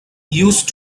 used